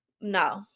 no